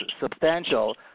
substantial